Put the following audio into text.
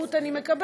בוודאות אני אקבל,